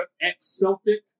ex-Celtic